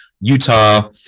Utah